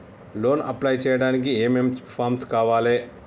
Loan apply చేయడానికి ఏం ఏం ఫామ్స్ కావాలే?